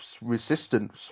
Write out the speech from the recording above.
Resistance